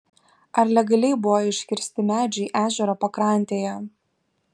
ar legaliai buvo iškirsti medžiai ežero pakrantėje